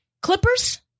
Clippers